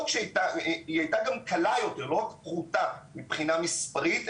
לא רק שהיא הייתה פחותה מבחינה מספרית,